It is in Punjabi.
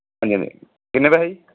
ਕਿੰਨੇ ਪੈਸੇ ਜੀ